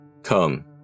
Come